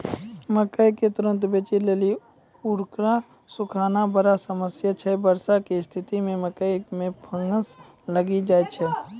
मकई के तुरन्त बेचे लेली उकरा सुखाना बड़ा समस्या छैय वर्षा के स्तिथि मे मकई मे फंगस लागि जाय छैय?